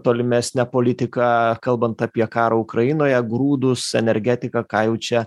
tolimesnę politiką kalbant apie karą ukrainoje grūdus energetiką ką jau čia